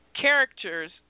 characters